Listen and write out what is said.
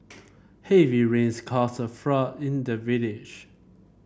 heavy rains caused a flood in the village